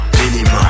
minimum